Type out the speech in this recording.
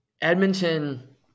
Edmonton